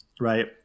right